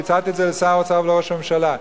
והצעתי את זה לשר האוצר ולראש הממשלה,